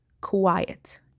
quiet